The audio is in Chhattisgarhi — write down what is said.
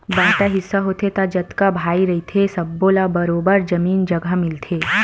बांटा हिस्सा होथे त जतका भाई रहिथे सब्बो ल बरोबर जमीन जघा मिलथे